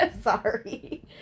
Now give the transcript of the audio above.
Sorry